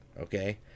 Okay